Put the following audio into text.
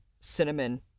cinnamon